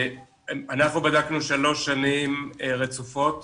אנחנו בדקנו שלוש שנים רצופות,